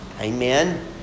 Amen